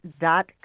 dot